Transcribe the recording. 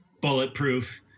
bulletproof